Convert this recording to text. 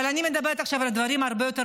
אבל אני מדברת עכשיו על דברים הרבה יותר